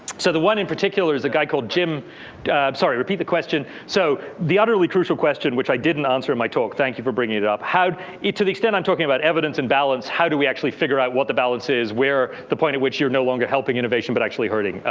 so the one in particular is a guy called jim sorry, repeat the question. so the utterly crucial question, which i didn't answer my talk. thank you for bringing it up. how to the extent i'm talking about evidence and balance. how do we actually figure out what the balance is. where the point at which you're no longer helping innovation but actually hurting.